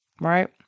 Right